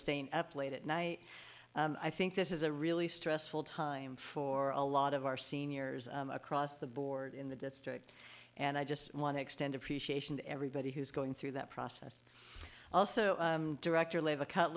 staying up late at night i think this is a really stressful time for a lot of our seniors across the board in the district and i just want to extend appreciation to everybody who's going through that process also director live a c